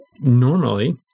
normally